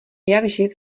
jakživ